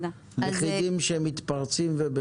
היחידים שמתפרצים אצלי,